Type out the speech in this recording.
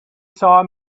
saw